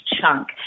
chunk